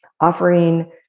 offering